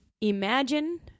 imagine